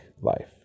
life